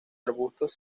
arbustos